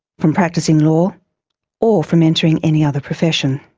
from practising law or from entering any other profession.